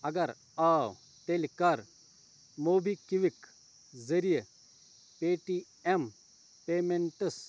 اَگر آو تیٚلہِ کر موبِکِوِک ذریعہِ پے ٹی ایٚم پیمیٚنٛٹٕس